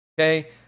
okay